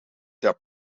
their